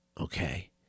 okay